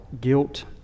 guilt